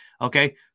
okay